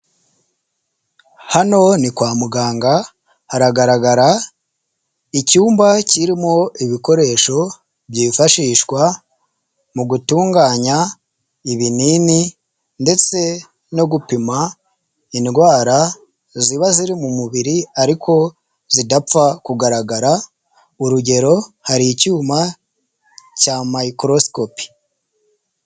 Hano ni kwa muganga, haragaragara icyumba kirimo ibikoresho byifashishwa mu gutunganya ibinini ndetse no gupima indwara ziba ziri mu mubiri ariko zidapfa kugaragara, urugero, hari icyuma cya mayikorosikopi.